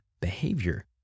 behavior